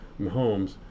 Mahomes